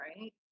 right